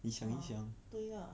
ah 对 lah